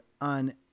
on